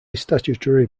statutory